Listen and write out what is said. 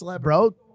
Bro